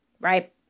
Right